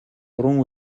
гурван